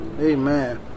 Amen